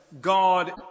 God